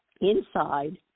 Inside